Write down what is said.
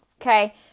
Okay